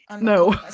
No